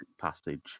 passage